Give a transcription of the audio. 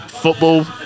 Football